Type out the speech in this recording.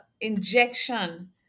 injection